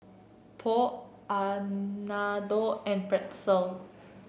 Pho Unadon and Pretzel